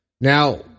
Now